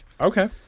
Okay